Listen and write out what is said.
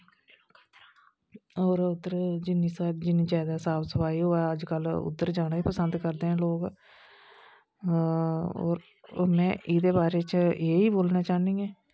और उद्धर जिन्नी सफाई जिनी ज्यादा साफ सफाई होऐ अजकल उद्धर जाना गै पंसद करदे ना लोक और में एहदे बारे च एह् ही बोलना चाहन्नी आं